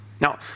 Now